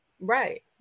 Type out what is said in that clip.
Right